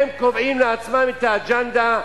הם קובעים לעצמם את האגַ'נדה,